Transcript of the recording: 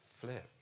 flip